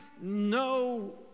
no